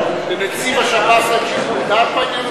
לנציב השב"ס אין שיקול דעת בעניין הזה?